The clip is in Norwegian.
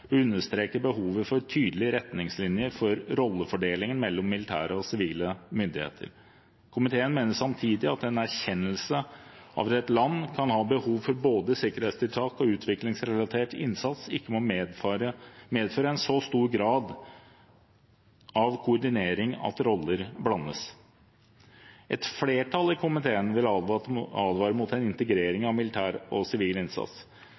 understreker behovet for tydelige retningslinjer for rollefordelingen mellom militære og sivile myndigheter. Komiteen mener samtidig at en erkjennelse av at et land kan ha behov for både sikkerhetstiltak og utviklingsrelatert innsats, ikke må medføre en så stor grad av koordinering at roller blandes. Et flertall i komiteen vil advare mot en integrering av militær og sivil innsats.